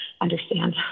understand